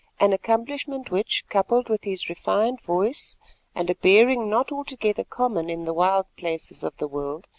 an accomplishment which, coupled with his refined voice and a bearing not altogether common in the wild places of the world,